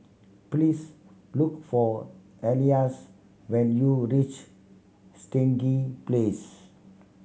please look for Ellis when you reach Stangee Place